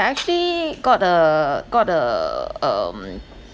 I actually got a got a um